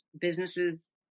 businesses